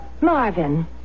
Marvin